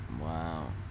Wow